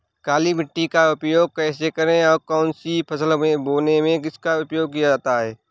काली मिट्टी का उपयोग कैसे करें और कौन सी फसल बोने में इसका उपयोग किया जाता है?